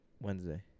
Wednesday